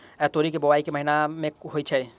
तोरी केँ बोवाई केँ महीना मे होइ छैय?